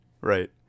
right